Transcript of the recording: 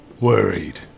worried